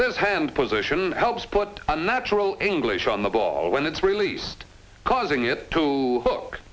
this hand position helps put a natural english on the ball when it's released causing it to hook